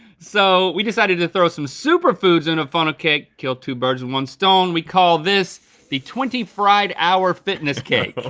so we decided to throw some superfoods in a funnel cake, kill two birds with one stone, we call this the twenty fried hour fitness cake.